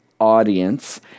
audience